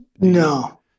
No